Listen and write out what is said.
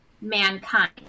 mankind